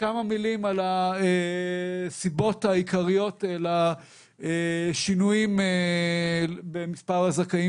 כמה מילים על הסיבות העיקריות לשינויים במספר הזכאים